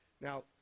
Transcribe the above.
Now